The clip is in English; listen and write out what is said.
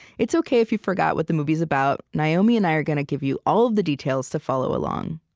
it's okay if you forgot what the movie's about naomi and i are gonna give you all the details to follow along